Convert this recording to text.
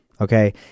Okay